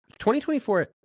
2024